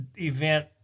event